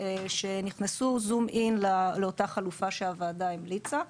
שנכנסו זום-אין לאותה חלופה שהוועדה המליצה.